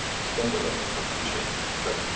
it's not that i become richer. it's that,